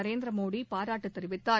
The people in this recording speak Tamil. நரேந்திர மோடி பாராட்டு தெரிவித்தார்